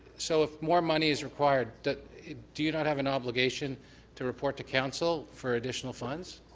so if more money is required do you not have an obligation to report to council for additional funds?